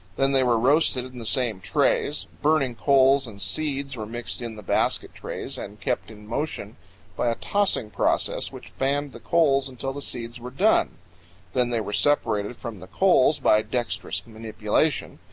then they were roasted in the same trays. burning coals and seeds were mixed in the basket trays and kept in motion by a tossing process which fanned the coals until the seeds were done then they were separated from the coals by dexterous manipulation.